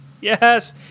Yes